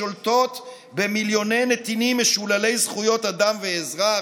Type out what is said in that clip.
השולטות במיליוני נתינים משוללי זכויות אדם ואזרח,